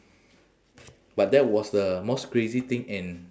but that was the most crazy thing in